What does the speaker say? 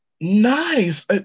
nice